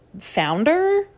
founder